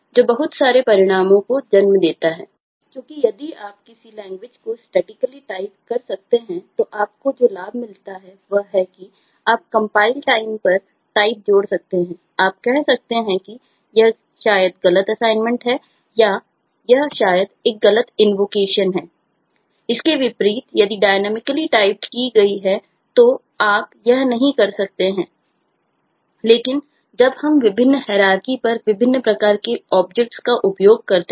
इसके विपरीत यदि डायनॉमिकली टाइप्ड का उपयोग करते हैं